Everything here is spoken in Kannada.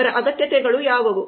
ಅವರ ಅಗತ್ಯತೆಗಳು ಯಾವುವು